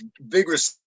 vigorous